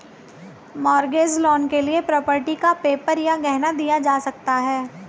mortgage loan के लिए property का पेपर या गहना दिया जा सकता है